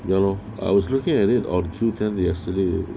ya lor I was looking at it on chilton yesterday